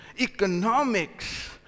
economics